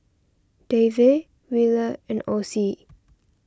Davey Williard and Ocie